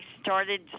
started